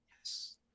Yes